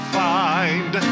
find